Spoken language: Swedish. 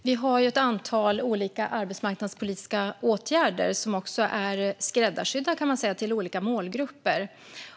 Fru talman! Vi har ett antal olika arbetsmarknadspolitiska åtgärder som man kan säga är skräddarsydda för olika målgrupper.